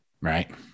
Right